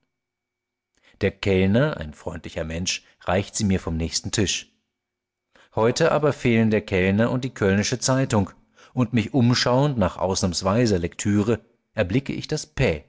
der kellner ein freundlicher mensch reicht sie mir vom nächsten tisch heut aber fehlen der kellner und die kölnische zeitung und mich umschauend nach ausnahmsweiser lektüre erblick ich das